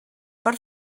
per